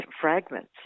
fragments